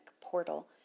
Portal